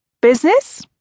Business